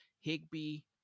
Higby